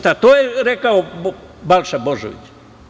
To je rekao Balša Božović.